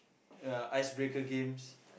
uh ice breaker games